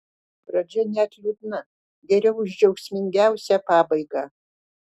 pradžia net liūdna geriau už džiaugsmingiausią pabaigą